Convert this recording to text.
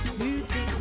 beauty